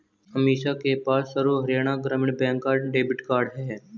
अमीषा के पास सर्व हरियाणा ग्रामीण बैंक का डेबिट कार्ड है